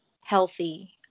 healthy